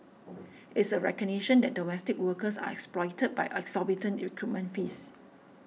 it's a recognition that domestic workers are exploited by exorbitant recruitment fees